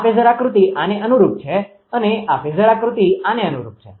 આ ફેઝર આકૃતિ આને અનુરૂપ છે અને આ ફેઝર આકૃતિ આને અનુરૂપ છે